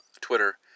Twitter